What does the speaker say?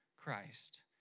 Christ